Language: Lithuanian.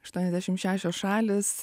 aštuoniasdešim šešios šalys